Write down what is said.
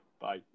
Bye